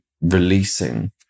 releasing